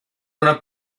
gran